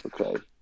Okay